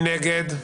מי נמנע?